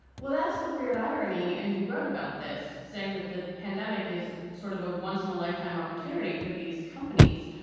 well, that's the weird irony. and you wrote about this saying that the pandemic is sort of a once in a lifetime opportunity for these companies.